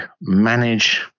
manage